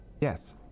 Yes